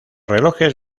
relojes